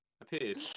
Appeared